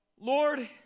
Lord